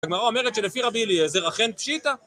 הגמרא אומרת, שלפי רבי אליעזר, אכן פשיטא.